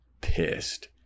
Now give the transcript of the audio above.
pissed